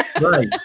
Right